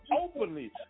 openly